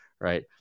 Right